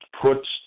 puts